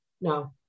no